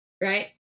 right